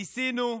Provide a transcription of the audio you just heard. ניסינו,